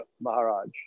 Maharaj